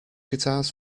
guitars